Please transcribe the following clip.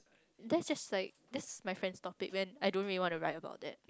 that's just like that's my friend's topic when I don't really wanna write about that